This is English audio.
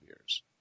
years